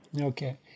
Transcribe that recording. Okay